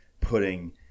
putting